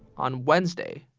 on wednesday,